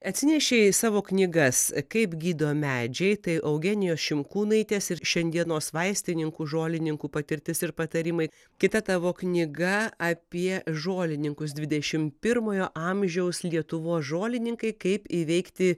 atsinešei savo knygas kaip gydo medžiai tai eugenijos šimkūnaitės ir šiandienos vaistininkų žolininkų patirtis ir patarimai kita tavo knyga apie žolininkus dvidešimt pirmojo amžiaus lietuvos žolininkai kaip įveikti